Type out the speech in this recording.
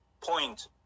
point